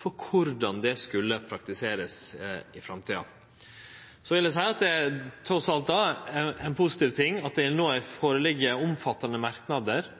for korleis det skal praktiserast i framtida. Trass i alt er det då positivt at det no ligg føre omfattande merknader som kan vere eit bakteppe for det, men det er